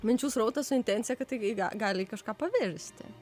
minčių srautas su intencija kad tai gal gali į kažką pavirsti